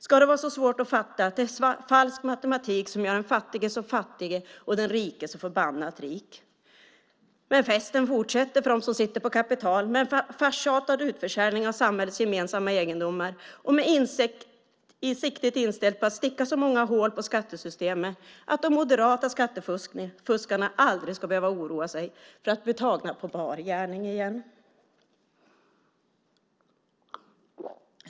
Ska det vara så svårt att fatta att det är falsk matematik som gör den fattige så fattig och den rike så förbannat rik? Men festen fortsätter för dem som sitter på kapitalet, med farsartade försäljningar av samhällets gemensamma egendomar och med siktet inställt på att sticka så många hål på skattesystemet att de moderata skattefuskarna aldrig ska behöva oroa sig för att bli tagna på bar gärning igen.